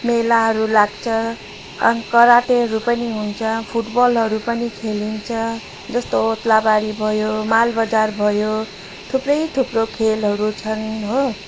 मेलाहरू लाग्छ अनि कराटेहरू पनि हुन्छ फुटबलहरू पनि खेलिन्छ जस्तो ओद्लाबाडी भयो मालबजार भयो थुप्रैथुप्रो खेलहरू छन् हो